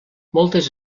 moltes